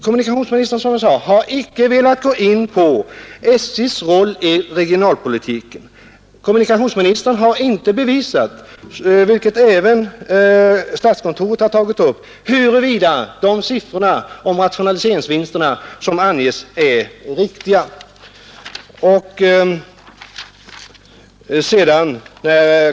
Kommunikationsministern har, som jag sade, icke velat gå in på SJ:s roll i regionalpolitiken. Kommunikationsministern har inte visat, vilket även statskontoret har tagit upp, huruvida de siffror som anges för rationaliseringsvinsterna är riktiga.